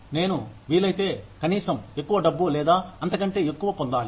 నేను వీలైతే కనీసం ఎక్కువ డబ్బు లేదా అంతకంటే ఎక్కువ పొందాలి